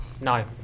No